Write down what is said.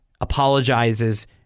apologizes